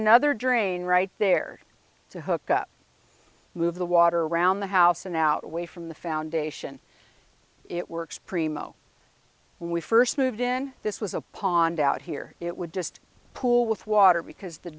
another drain right there to hook up move the water around the house and out away from the foundation it works primo when we first moved in this was a pond out here it would just pool with water because the